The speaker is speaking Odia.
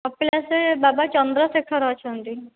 କପିଳାସରେ ବାବା ଚନ୍ଦ୍ରଶେଖର ଅଛନ୍ତି